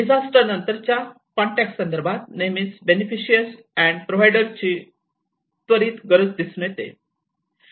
disaster नंतरच्या context संदर्भात नेहमीच बेनेफिसिरियस अँड प्रोव्हायडरची त्वरित गरज दिसून येते